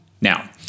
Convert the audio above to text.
now